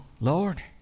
Lord